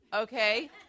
Okay